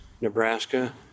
Nebraska